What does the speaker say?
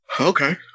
okay